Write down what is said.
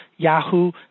Yahoo